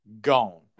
Gone